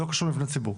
זה לא קשור למבני ציבור.